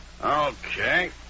Okay